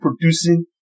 producing